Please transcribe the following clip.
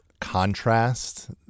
contrast